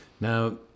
Now